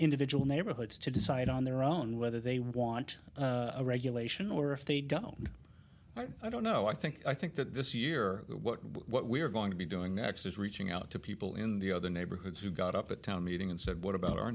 individual neighborhoods to decide on their own whether they want a regulation or if they don't i don't know i think i think that this year what we are going to be doing next is reaching out to people in the other neighborhoods who got up at town meeting and said what about our